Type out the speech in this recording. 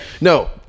No